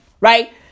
Right